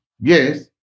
Yes